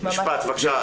אני מצטערת,